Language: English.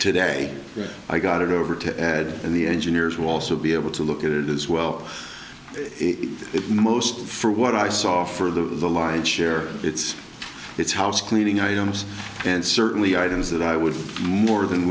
today i got it over to ed and the engineers will also be able to look at it as well it is mostly for what i saw for the lion's share it's it's housecleaning items and certainly items that i would more than